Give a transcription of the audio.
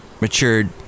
matured